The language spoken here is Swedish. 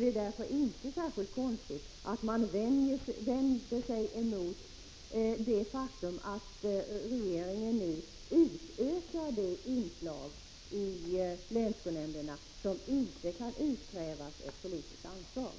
Det är därför inte särskilt egendomligt att man vänder sig emot det faktum att regeringen nu utökar det inslag i länsskolnämnderna som man inte kan utkräva politiskt ansvar